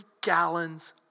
gallons